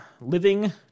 Living